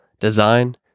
Design